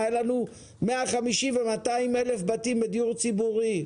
היו לנו 150,000 ו-200,000 בתים בדיור הציבורי.